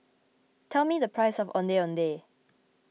tell me the price of Ondeh Ondeh